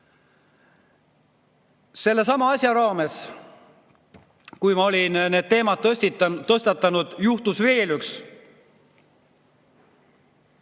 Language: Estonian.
Sellesama asja raames, kui ma olin need teemad tõstatanud, juhtus veel üks